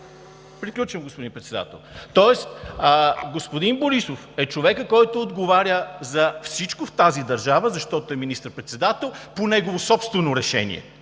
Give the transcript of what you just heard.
Приключвам, господин Председател. Тоест господин Борисов е човекът, който отговаря за всичко в тази държава, защото е министър-председател, по негово собствено решение